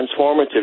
transformative